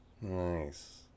Nice